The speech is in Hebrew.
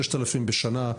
6,000 בשנה.